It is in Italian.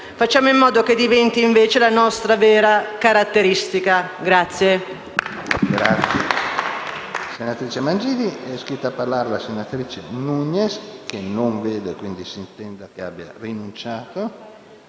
Facciamo in modo che diventai invece la nostra vera caratteristica.